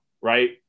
right